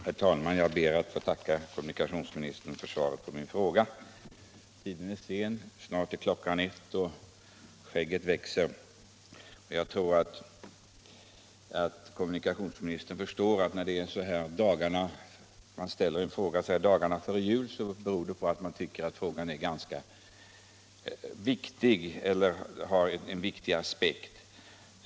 Herr talman! Jag ber att få tacka kommunikationsministern för svaret på min fråga. Tiden är sen, snart är klockan ett och skägget växer. Men jag tror att kommunikationsministern förstår att när man ställer en fråga så här dagarna före jul beror det på att man tycker att frågan har en viktig aspekt.